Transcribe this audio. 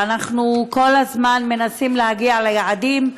ואנחנו כל הזמן מנסים להגיע ליעדים.